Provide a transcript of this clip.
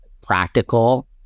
practical